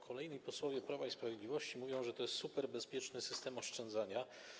Kolejni posłowie Prawa i Sprawiedliwości mówią, że to jest superbezpieczny system oszczędzania.